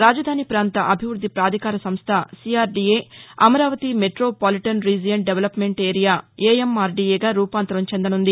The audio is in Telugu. రాజధాని పాంత అభివృద్ది ప్రాధికార సంస్ట CRDA Amaravati metropolitan region development area ఏఎంఆర్డీఏగా రూపాంతరం చెందనుంది